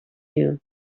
you